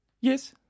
Yes